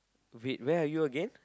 wait where are you again